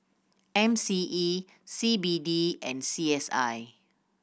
M C E C B D and C S I